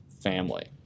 family